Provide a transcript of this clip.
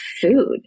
food